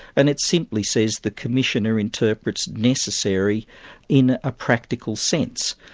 and it simply says the commissioner interprets necessary in a practical sense,